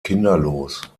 kinderlos